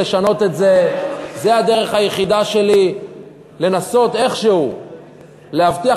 זאת הדרך היחידה שלי לנסות איכשהו להבטיח